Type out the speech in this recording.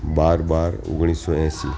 બાર બાર ઓગણીસો એંશી